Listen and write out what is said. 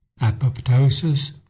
apoptosis